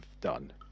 done